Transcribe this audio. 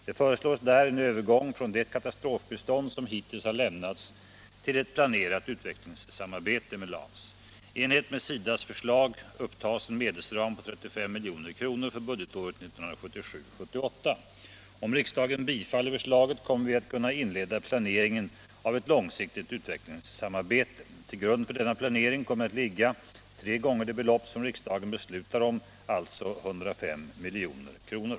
Det föreslås där en övergång från det katastrofbistånd som hittills har lämnats till ett planerat utvecklingssamarbete med Laos. I enlighet med SIDA:s förslag upptas en medelsram på 35 milj.kr. för budgetåret 1977/78. Om riksdagen bifaller förslaget kommer vi att kunna inleda planeringen av ett långsiktigt utvecklingssamarbete. Till grund för denna planering kommer att ligga tre gånger det belopp som riksdagen beslutar om, alltså 105 milj.kr.